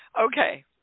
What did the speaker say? Okay